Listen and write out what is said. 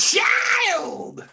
Child